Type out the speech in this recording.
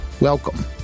Welcome